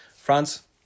France